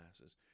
masses